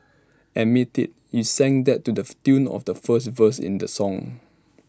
admit IT you sang that to the tune of the first verse in the song